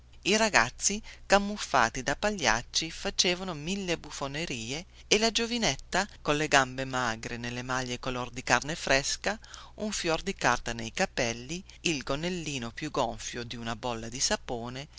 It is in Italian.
i ragazzi camuffati da pagliacci facevano mille buffonerie e la giovinetta colle gambe magre nelle maglie color di carne fresca un fiore di carta nei capelli il gonnellino più gonfio di una bolla di sapone